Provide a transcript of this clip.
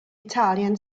italian